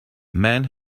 men